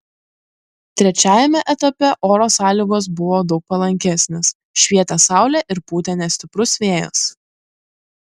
trečiajame etape oro sąlygos buvo daug palankesnės švietė saulė ir pūtė nestiprus vėjas